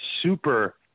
super